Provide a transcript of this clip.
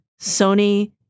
Sony